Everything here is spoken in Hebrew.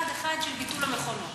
בצעד אחד של ביטול המכונות.